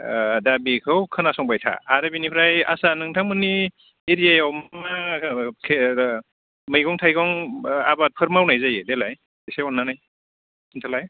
दा बेखौ खोनासंबाय था आरो बेनिफ्राय आच्चा नोंथांमोननि एरियायाव मा मा मैगं थाइगं आबादफोर मावनाय जायो देलाय एसे अननानै खोन्थालाय